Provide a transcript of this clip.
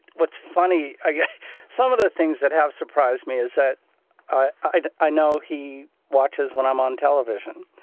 what's funny ah yeah some of the things that have surprised me is that i i know he watches when i'm on television.